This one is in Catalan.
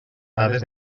dades